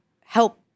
help